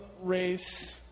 race